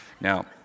Now